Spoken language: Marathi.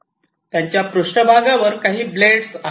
आणि त्याच्या पृष्ठभागावर काही ब्लेड्स आहेत